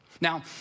Now